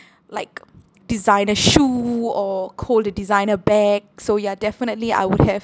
like designer shoe or hold a designer bag so ya definitely I would have